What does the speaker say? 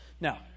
Now